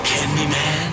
Candyman